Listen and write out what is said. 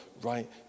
right